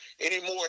anymore